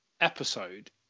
episode